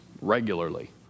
regularly